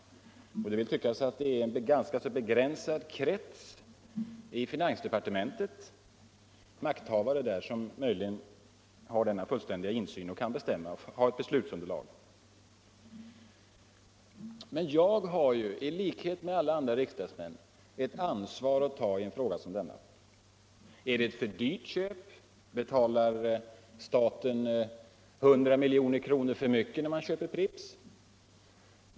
Det tycks som en ganska begränsad krets av makthavare inom finansdepartementet möjligen har denna fullständiga insyn och detta beslutsunderlag. Men jag har i likhet med alla andra riksdagsmän ett ansvar att ta i en fråga som denna. Är det t.ex. ett för dyrt köp, betalar staten 100 milj.kr. för mycket när man köper Pripps?